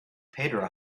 pedro